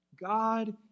God